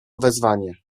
wezwanie